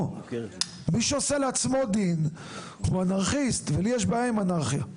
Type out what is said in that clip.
מי שעושה לעצמו דין הוא אנרכיסט ולי יש בעיה עם אנרכיה.